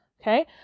Okay